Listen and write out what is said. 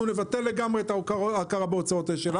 אנחנו נבטל לגמרי את ההכרה בהוצאות אש"ל,